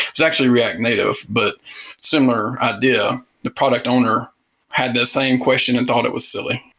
it's actually react native, but similar idea the product owner had the same question and thought it was silly,